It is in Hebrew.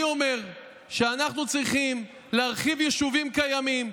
אני אומר שאנחנו צריכים להרחיב יישובים קיימים,